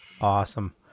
awesome